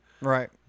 Right